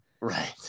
Right